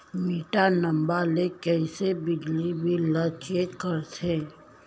Metre number ले कइसे बिजली बिल ल चेक करथे?